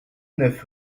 neuf